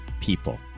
people